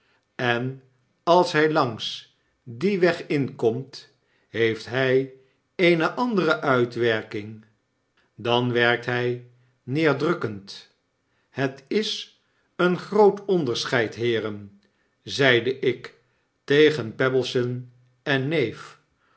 en als hy langs dien weg inkomt heeft hy eene andere uitwerking dan werkt hy neerdrukkend het is een groot onderscheid heeren zeide ik tegen pebbleson en neef